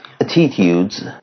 attitudes